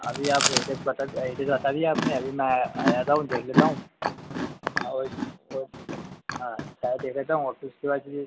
अभी आप एड्रेस बता एड्रेस बता दिया आपने अभी मैं आ जाता हूँ देख लेता हूँ और कुछ हाँ देख लेता हूँ और फ़िर उसके बाद जे